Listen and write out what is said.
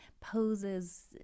poses